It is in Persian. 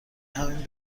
همین